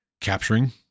capturing